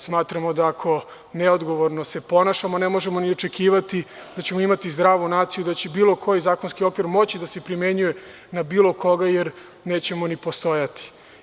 Smatramo da ako se neodgovorno ponašamo, ne možemo ni očekivati da ćemo imati zdravu naciju i da će bilo koji zakonski okvir moći da se primenjuje na bilo koga jer nećemo ni postojati.